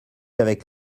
avec